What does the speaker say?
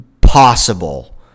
possible